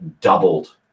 doubled